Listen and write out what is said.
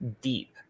deep